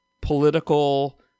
political